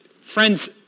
friends